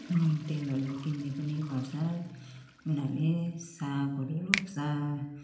नुन तेलहरू किन्ने पनि गर्छ उनीहरूले सागहरू रोप्छ